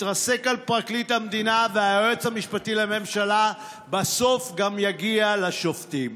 התרסק על פרקליט המדינה והיועץ המשפטי לממשלה בסוף יגיע גם לשופטים.